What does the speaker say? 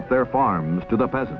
up their farms to the past